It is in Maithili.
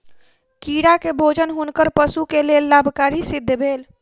कीड़ा के भोजन हुनकर पशु के लेल लाभकारी सिद्ध भेल